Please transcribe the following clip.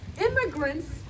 immigrants